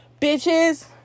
bitches